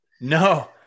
No